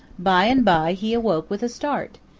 by and by he awoke with a start,